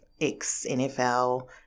ex-NFL